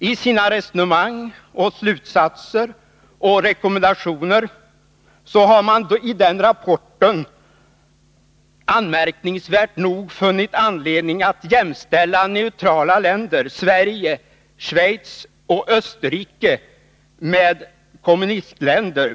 I olika resonemang, slutsatser och rekommendationer har man i den rapporten anmärkningsvärt nog funnit anledning att jämställa neutrala länder som Sverige, Schweiz och Österrike med kommunistländer.